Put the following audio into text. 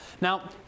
Now